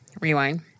Rewind